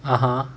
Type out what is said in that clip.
(uh huh)